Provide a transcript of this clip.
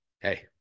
hey